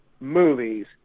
Movies